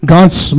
God's